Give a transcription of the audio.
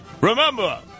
Remember